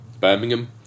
Birmingham